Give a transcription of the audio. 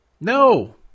No